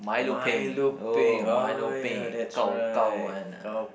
Milo peng oh ya that's right gao